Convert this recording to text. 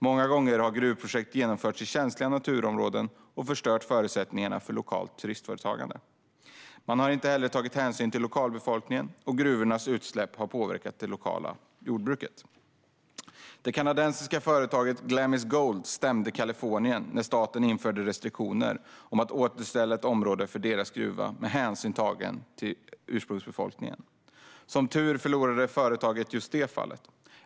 Många gånger har gruvprojekt genomförts i känsliga naturområden och förstört förutsättningarna för lokalt turistföretagande. Man har inte heller tagit hänsyn till lokalbefolkningen, och gruvornas utsläpp har påverkat det lokala jordbruket. Det kanadensiska företaget Glamis Gold stämde Kalifornien när staten införde restriktioner om att återställa ett område för deras gruva med hänsyn tagen till ursprungsbefolkningen. Som tur var förlorade företaget just det fallet.